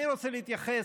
אני רוצה להתייחס,